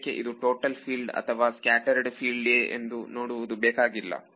ಸದ್ಯಕ್ಕೆ ಇದು total field ಅಥವಾ ಸ್ಕ್ಯಾಟರೆಡ್ ಫೀಲ್ಡ್ಯೆ ಎಂದು ನೋಡುವುದು ಬೇಕಾಗಿಲ್ಲ